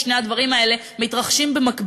ששני הדברים האלה יהיו במקביל,